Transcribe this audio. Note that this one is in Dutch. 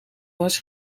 was